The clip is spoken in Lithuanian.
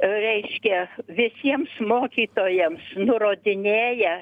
reiškia visiems mokytojams nurodinėja